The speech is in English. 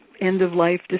end-of-life